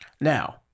Now